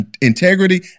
integrity